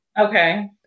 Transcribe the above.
okay